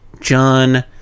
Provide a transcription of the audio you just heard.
John